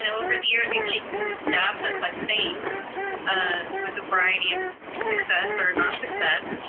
over the years we've taken stabs at such things ah with a variety of success or not success,